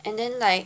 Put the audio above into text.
and then like